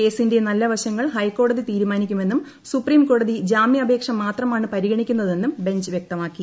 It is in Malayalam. കേസിന്റെ നല്ല വശങ്ങൾ ഹൈക്കോടതി തീരുമാനിക്കുമെന്നും സുപ്രീം കോടതി ജാമ്യപേക്ഷ മാത്രമാണ് പരിഗണിക്കുന്നതെന്നും ബെഞ്ച് വ്യക്തമാക്കി